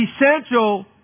essential